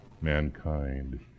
mankind